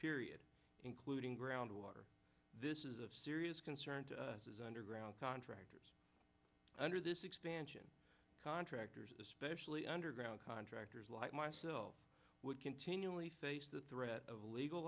period including groundwater this is of serious concern to us as underground contractors under this expansion contractors especially underground contractors like myself would continually face the threat of legal